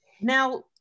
Now